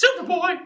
Superboy